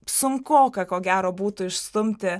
sunkoka ko gero būtų išstumti